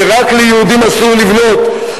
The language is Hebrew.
שרק ליהודים אסור לבנות,